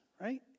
right